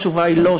התשובה היא לא,